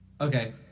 Okay